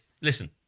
Listen